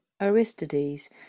aristides